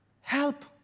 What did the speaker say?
help